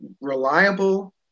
reliable